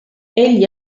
egli